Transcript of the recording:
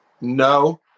No